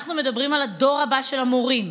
אנחנו מדברים על הדור הבא של המורים,